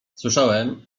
słyszałem